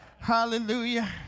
Hallelujah